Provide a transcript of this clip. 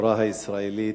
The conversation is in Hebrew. החברה הישראלית,